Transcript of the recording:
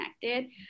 connected